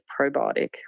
probiotic